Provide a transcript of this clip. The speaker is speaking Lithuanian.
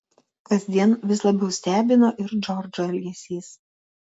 kasdien vis labiau stebino ir džordžo elgesys